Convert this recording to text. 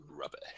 rubbish